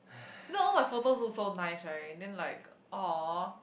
then all my photos look so nice right then like !aww!